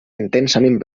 intensament